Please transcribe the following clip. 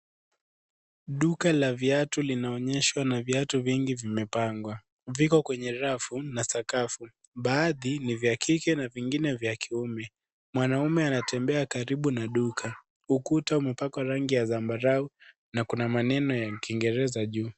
Duka la viatu linaonyeshwa na vitau vingi vimepangwa, viko kwenye rafu na sakafu, baadhi ni kwa kike na vingine vya kiume, mwanaume anatembea karibu na duka, ukuta umepakwa rangi ya sambarau na kuna maneno ya kiingeraza juu.